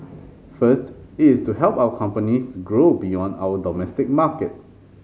first it is to help our companies grow beyond our domestic market